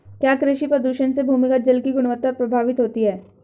क्या कृषि प्रदूषण से भूमिगत जल की गुणवत्ता प्रभावित होती है?